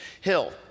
hill